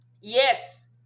Yes